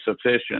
sufficient